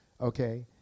okay